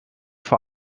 vor